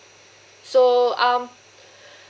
so um